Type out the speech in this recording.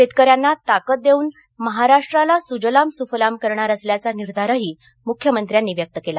शेतकऱ्यांना ताकद देऊन महाराष्ट्राला सुजलाम् सुफलाम् करणार असल्याचा निर्धारही मुख्यमंत्र्यांनी व्यक्त केला